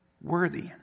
worthy